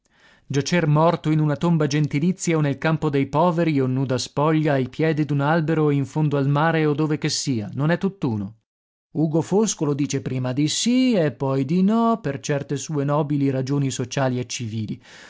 giacer morto in una tomba gentilizia o nel campo dei poveri o nuda spoglia ai piedi d'un albero o in fondo al mare o dove che sia non è tutt'uno ugo foscolo dice prima di sì e poi di no per certe sue nobili ragioni sociali e civili